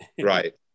right